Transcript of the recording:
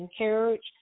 encourage